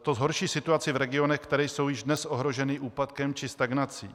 To zhorší situaci v regionech, které jsou již dnes ohroženy úpadkem či stagnací.